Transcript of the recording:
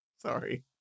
sorry